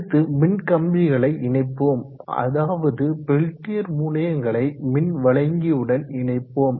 அடுத்து மின்கம்பிகளை இனணப்போம் அதாவது பெல்டியர் முனையங்களை மின் வழங்கியுடன் இணைப்போம்